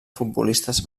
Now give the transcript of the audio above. futbolistes